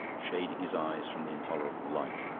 shading his eyes from the intolerable light.